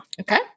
Okay